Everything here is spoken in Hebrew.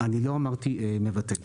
אני לא אמרתי מבטל.